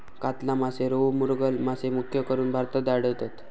कातला मासे, रोहू, मृगल मासे मुख्यकरून भारतात आढळतत